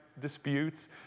disputes